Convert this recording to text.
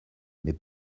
mais